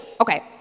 okay